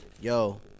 Yo